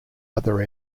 other